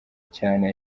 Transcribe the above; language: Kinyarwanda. cyane